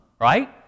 right